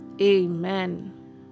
Amen